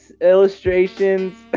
illustrations